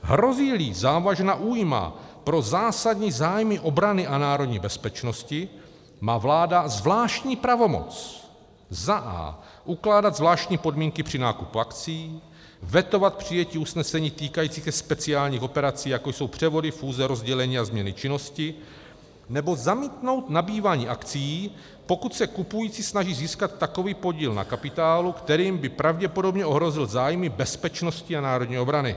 Hrozíli závažná újma pro zásadní zájmy obrany a národní bezpečnosti, má vláda zvláštní pravomoc a) ukládat zvláštní podmínky při nákupu akcií, vetovat přijetí usnesení týkajících se speciálních operací, jako jsou převody, fúze, rozdělení a změny činnosti, nebo zamítnout nabývání akcií, pokud se kupující snaží získat takový podíl na kapitálu, kterým by pravděpodobně ohrozil zájmy bezpečnosti a národní obrany.